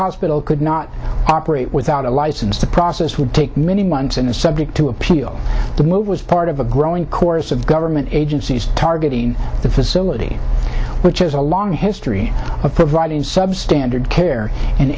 hospital could not operate without a license the process would take many months in the subject to appeal the move was part of a growing chorus of government agencies targeting the facility which has a long history of providing substandard care in